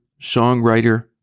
songwriter